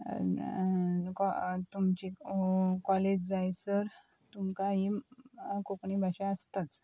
कॉ तुमची कॉलेज जायसर तुमकां ही कोंकणी भाशा आसताच